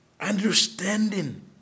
Understanding